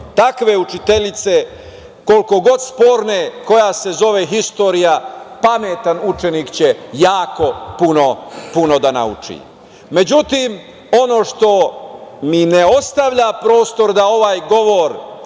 takve učiteljice koliko god sporne, koja se zove istorija, pametan učenik će jako puno da nauči.Međutim, ono što mi ne ostavlja prostor da ovaj govor